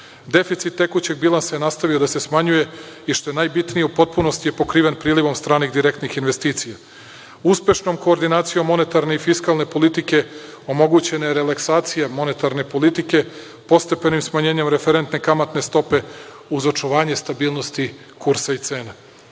Deficit tekućeg bilansa je nastavio da se smanjuje i što je najbitnije u potpunosti je pokriven prilivom stranih direktnih investicija. Uspešnom koordinacijom monetarne i fiskalne politike omogućena je relaksacija monetarne politike, postepenim smanjenjem referentne kamatne stope, uz očuvanje stabilnosti kursa i